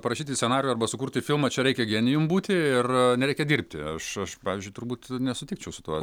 parašyti scenarijų arba sukurti filmą čia reikia genijum būti ir nereikia dirbti aš aš pavyzdžiui turbūt nesutikčiau su tuo